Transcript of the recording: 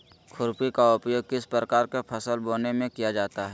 खुरपी का उपयोग किस प्रकार के फसल बोने में किया जाता है?